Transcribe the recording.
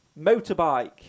motorbike